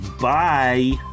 Bye